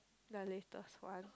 the latest one